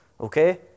Okay